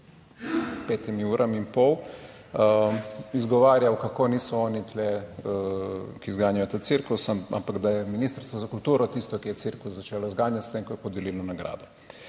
petimi urami in pol izgovarjal, kako niso oni tu, ki zganjajo ta cirkus, ampak da je Ministrstvo za kulturo tisto, ki je cirkus začelo zganjati s tem, ko je podelilo nagrado.